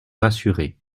rassurer